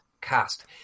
cast